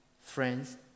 Friends